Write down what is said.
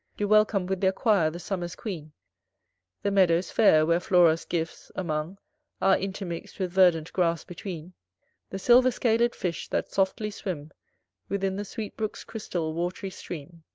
do welcome with their quire the summer's queen the meadows fair, where flora's gifts, among are intermix'd with verdant grass between the silver-scaled fish that softly swim within the sweet brook's crystal, watery stream.